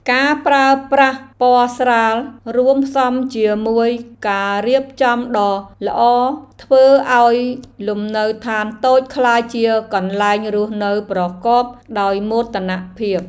ការប្រើប្រាស់ពណ៌ស្រាលរួមផ្សំជាមួយការរៀបចំដ៏ល្អធ្វើឱ្យលំនៅឋានតូចក្លាយជាកន្លែងរស់នៅប្រកបដោយមោទនភាព។